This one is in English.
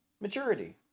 maturity